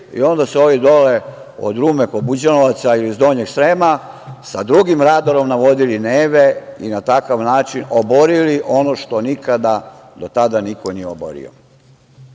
i onda su ovi dole od Rume, Buđanovaca, iz Donjeg Srema sa drugim radarom navodili „Neve“ i na takav način oborili ono što nikada do tada niko nije oborio. Dame